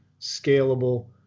scalable